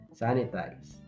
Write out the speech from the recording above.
sanitize